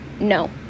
no